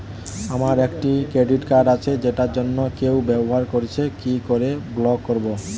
আমার একটি credit card আছে যেটা অন্য কেউ ব্যবহার করছে কি করে ব্লক করবো?